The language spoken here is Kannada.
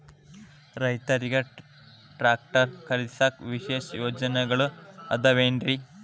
ರೈತರಿಗೆ ಟ್ರ್ಯಾಕ್ಟರ್ ಖರೇದಿಸಾಕ ವಿಶೇಷ ಯೋಜನೆಗಳು ಅದಾವೇನ್ರಿ?